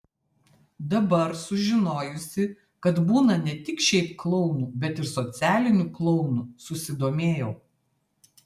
dabar sužinojusi kad būna ne tik šiaip klounų bet ir socialinių klounų susidomėjau